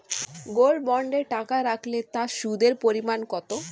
Gold বন্ডে টাকা রাখলে তা সুদের পরিমাণ কত?